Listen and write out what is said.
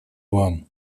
вам